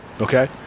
okay